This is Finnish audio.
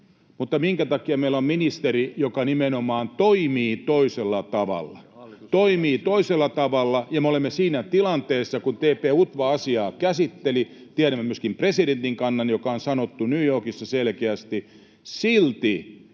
minkä takia meillä on ministeri, joka nimenomaan toimii toisella tavalla? Toimii toisella tavalla. Me olemme siinä tilanteessa, kun TP-UTVA asiaa käsitteli — tiedämme myöskin presidentin kannan, joka on sanottu New Yorkissa selkeästi — että